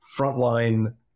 frontline